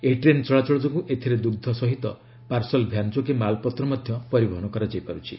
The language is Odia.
ଏହି ଟ୍ରେନ୍ ଚଳାଚଳ ଯୋଗୁଁ ଏଥିରେ ଦୁଗ୍ମ ସହିତ ପାର୍ସଲ ଭ୍ୟାନ୍ ଯୋଗେ ମାଲପତ୍ର ମଧ୍ୟ ପରିବହନ କରାଯାଇ ପାରୁଛି